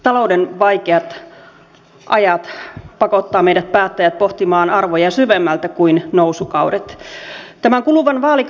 talouden vaikeat ajat pakottavat meidät päättäjät pohtimaan arvoja syvemmältä kuin nousukaudet